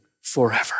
forever